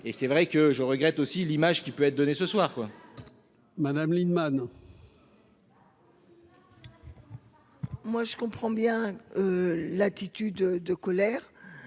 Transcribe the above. et c'est vrai que je regrette aussi l'image qui peut être donnée ce soir quoi. Madame Lienemann. Moi, je comprends bien l'attitude de colère,